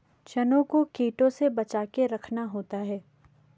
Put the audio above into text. चनों को कीटों से बचाके रखना होता है